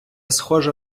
схоже